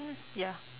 mm ya